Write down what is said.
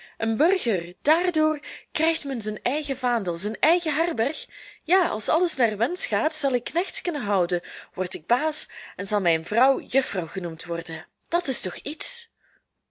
een burger daardoor krijgt men zijn eigen vaandel zijn eigen herberg ja als alles naar wensch gaat zal ik knechts kunnen houden word ik baas en zal mijn vrouw juffrouw genoemd worden dat is toch iets